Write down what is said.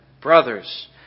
brothers